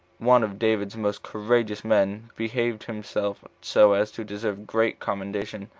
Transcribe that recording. one of david's most courageous men, behaved himself so as to deserve great commendation,